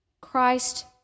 Christ